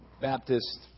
Baptist